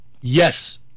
Yes